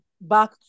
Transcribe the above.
back